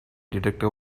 detector